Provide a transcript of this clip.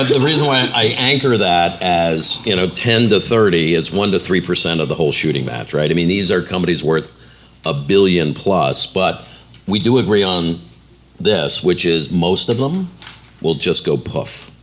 the reason why i anchor that as you know ten to thirty is one to three percent of the whole shooting match, right? i mean these are companies worth a billion plus but we do agree on this, which is most of them will just go puff,